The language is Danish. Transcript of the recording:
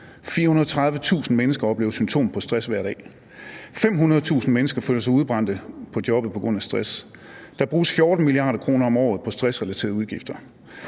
430.000 mennesker oplever symptomer på stress hver dag. 500.000 mennesker føler sig udbrændte på jobbet på grund af stress. Der bruges 14 mia. kr. om året på stressrelaterede udgifter.